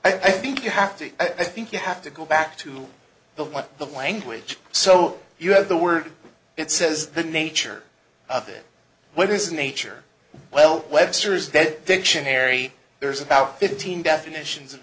i think you have to i think you have to go back to the what the language so you have the word it says the nature of it whether it's nature well webster is dead dictionary there's about fifteen definitions of